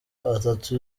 atatu